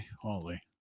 Holy